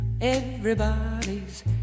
Everybody's